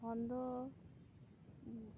phone ᱫᱚ